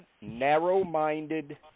narrow-minded